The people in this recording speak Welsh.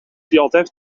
dioddef